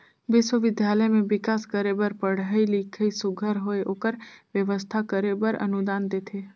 बिस्वबिद्यालय में बिकास करे बर पढ़ई लिखई सुग्घर होए ओकर बेवस्था करे बर अनुदान देथे